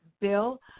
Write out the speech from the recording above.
Bill